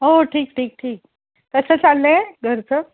हो ठीक ठीक ठीक कसं चाललं आहे घरचं